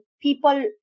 People